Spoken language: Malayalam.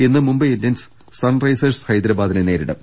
ഇന്ന് മുംബൈ ഇന്ത്യൻസ് സൺറൈസേഴ്സ് ഹൈദരാബാദിനെ നേരിടും